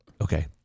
Okay